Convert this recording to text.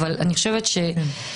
אבל אני חושבת שבעיקרון